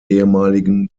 ehemaligen